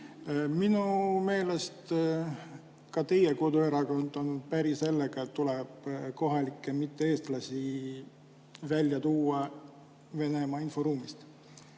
Minu meelest ka teie koduerakond on päri sellega, et tuleb kohalikke mitte-eestlasi välja tuua Venemaa inforuumist.